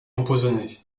empoisonné